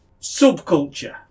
Subculture